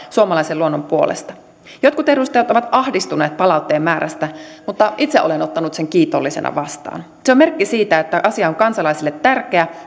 suomalaisen luonnon puolesta jotkut edustajat ovat ahdistuneet palautteen määrästä mutta itse olen ottanut sen kiitollisena vastaan se on merkki siitä että asia on kansalaisille tärkeä